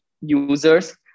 users